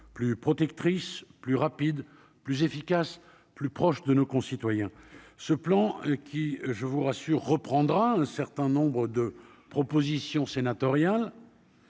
plus protectrice, plus rapide, plus efficace, plus proche de nos concitoyens, ce plan qui, je vous rassure, reprendra un certain nombre de propositions sénatoriales.